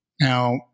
Now